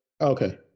Okay